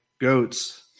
goats